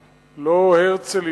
לא הרצל המציא את הציונות,